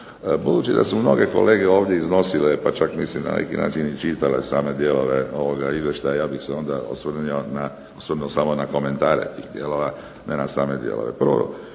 Budući da su mnoge kolege ovdje iznosile pa čak mislim na neki način čitale same dijelove ovoga Izvještaja ja bih se osvrnuo samo na komentare, ne na same dijelove. Prvo,